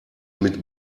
mit